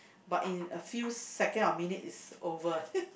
but in a few second of minute it's over